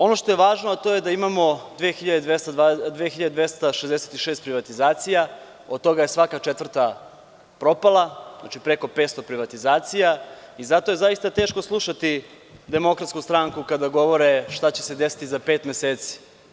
Ono što je važno, a to je da imamo 2.266 privatizacija od toga je svaka četvrta propala, znači, preko 500 privatizacija i zato je zaista teško slušati DS kada govore šta će se desiti za pet meseci.